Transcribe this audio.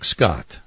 Scott